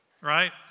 right